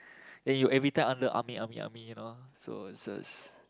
then you every time under army army army you know so is a